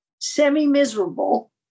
semi-miserable